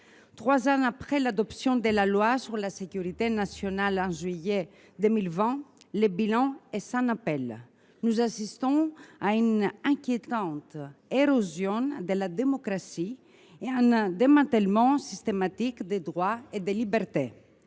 Trois ans après l’adoption de la loi sur la sécurité nationale en juillet 2020, le bilan est sans appel : nous assistons à une inquiétante érosion de la démocratie et à un démantèlement systématique des droits et des libertés.